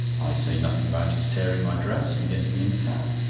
i say nothing about his tearing my dress in getting in the cab,